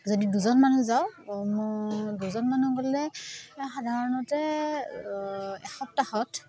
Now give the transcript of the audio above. যদি দুজন মানুহ যাওঁ মই দুজন মানুহ গ'লে সাধাৰণতে এসপ্তাহত